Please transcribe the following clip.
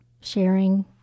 sharing